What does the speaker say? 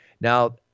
Now